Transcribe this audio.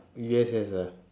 U_S_S ah